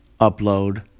upload